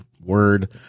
word